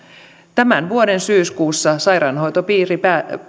tämän vuoden syyskuussa sairaanhoitopiiri